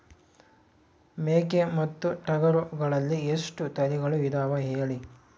ಮೇಕೆ ಮತ್ತು ಟಗರುಗಳಲ್ಲಿ ಎಷ್ಟು ತಳಿಗಳು ಇದಾವ ಹೇಳಿ?